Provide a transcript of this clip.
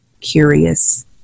curious